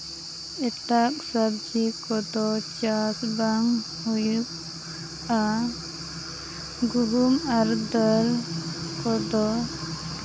ᱮᱴᱟᱜ ᱥᱚᱵᱽᱡᱤ ᱠᱚᱫᱚ ᱪᱟᱥ ᱵᱟᱝ ᱦᱩᱭᱩᱜᱼᱟ ᱜᱩᱦᱩᱢ ᱟᱨ ᱫᱟᱹᱞ ᱠᱚᱫᱚ